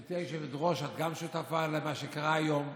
גברתי היושבת-ראש, את גם שותפה למה שקרה היום,